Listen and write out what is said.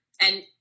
And-